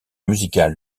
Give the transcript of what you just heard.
musical